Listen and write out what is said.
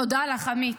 תודה לך, עמית.